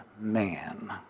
man